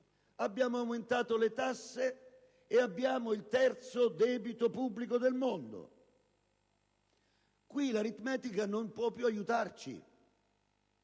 abbiamo aumentato le tasse e abbiamo il terzo debito pubblico del mondo: qui l'aritmetica non può più aiutarci,